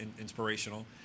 inspirational